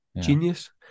Genius